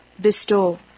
Bestow